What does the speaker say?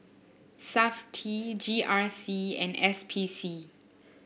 Safti G R C and S P C